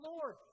Lord